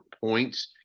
points